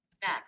Back